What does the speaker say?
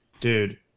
dude